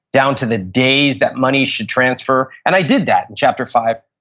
down to the days that money should transfer and i did that in chapter five.